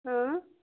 اۭں